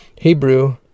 Hebrew